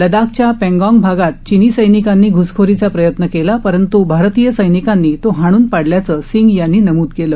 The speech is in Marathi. लडाखच्या पेंगाँग भागात चिनी सैनिकांनी घ्सखोरीचा प्रयत्न केला परंत् भारतीय सैनिकांनी तो हाणून पाडल्याचं सिंग यांनी नमूद केलं